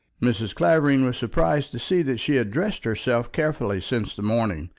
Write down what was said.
mrs. clavering was surprised to see that she had dressed herself carefully since the morning,